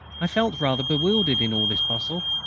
i felt rather bewildered in all this bustle.